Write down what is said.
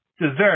deserve